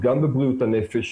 פשוט להכליל את הטיפול בהתמכרויות